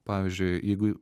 pavyzdžiui jeigu